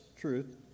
truth